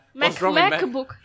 MacBook